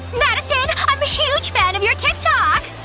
madison! i'm a huge fan of your tik tok!